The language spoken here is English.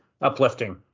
uplifting